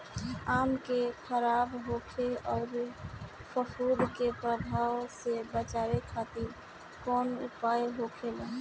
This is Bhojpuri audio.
आम के खराब होखे अउर फफूद के प्रभाव से बचावे खातिर कउन उपाय होखेला?